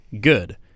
good